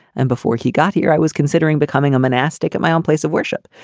and before he got here, i was considering becoming a monastic at my own place of worship.